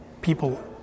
people